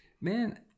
man